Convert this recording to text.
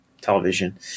television